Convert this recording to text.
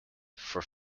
for